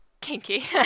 kinky